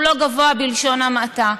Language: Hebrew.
הוא לא גבוה בלשון המעטה.